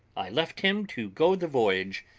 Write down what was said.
i left him to go the voyage,